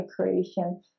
creation